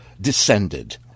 descended